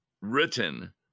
written